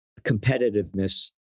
competitiveness